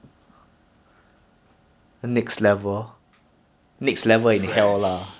my my econ strat very strong one an~ any team com also don't mind [one]